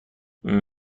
همان